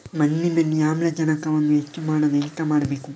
ಮಣ್ಣಿನಲ್ಲಿ ಆಮ್ಲಜನಕವನ್ನು ಹೆಚ್ಚು ಮಾಡಲು ಎಂತ ಮಾಡಬೇಕು?